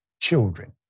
children